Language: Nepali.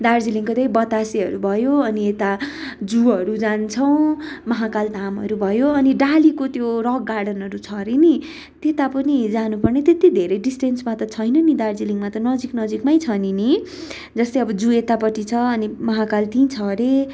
दार्जिलिङको त्यही बतासेहरू भयो अनि यता जूहरू जान्छौँ महाकाल धामहरू भयो अनि डालीको त्यो रक गार्डनहरू छ अरे नि त्यता पनि जानु पर्ने त्यति धेरै डिस्टेन्समा त छैन नि दार्जिलिङमा त नजिक नजिकमै छ नि नि जस्तै जू यतापटि छ अनि माहाकाल ती छ अरे